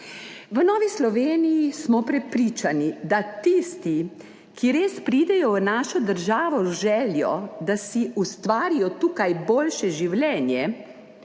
V Novi Sloveniji smo prepričani, da se tisti, ki res pridejo v našo državo z željo, da si ustvarijo tukaj boljše življenje